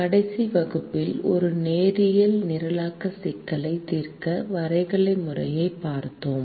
கடைசி வகுப்பில் ஒரு நேரியல் நிரலாக்க சிக்கலை தீர்க்க வரைகலை முறையைப் பார்த்தோம்